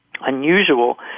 unusual